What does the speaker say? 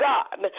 God